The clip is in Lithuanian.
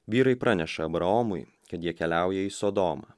vyrai praneša abraomui kad jie keliauja į sodomą